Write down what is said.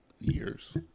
years